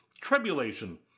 tribulation